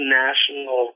national